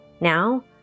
Now